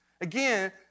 again